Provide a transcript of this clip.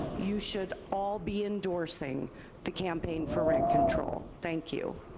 you should all be endorsing the campaign for rent control. thank you.